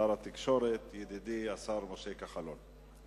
שר התקשורת, ידידי, השר משה כחלון.